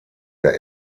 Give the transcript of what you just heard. der